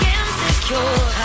insecure